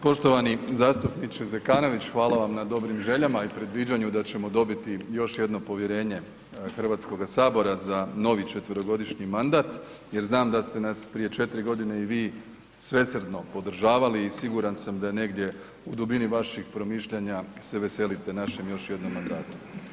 Poštovani zastupniče Zekanović, hvala vam na dobrim željama i predviđanju da ćemo dobiti još jedno povjerenje Hrvatskoga sabora za novi 4-godišnji mandat jer znam da ste nas prije četiri godine i vi svesrdno podržavali i siguran sam da negdje u dubini vaših promišljanja se veselite našem još jednom mandatu.